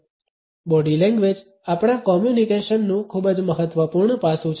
body language આપણા કોમ્યુનિકેશનનું ખૂબ જ મહત્વપૂર્ણ પાસું છે